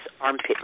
armpit